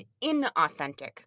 inauthentic